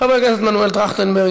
חבר הכנסת מנואל טרכטנברג,